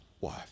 wife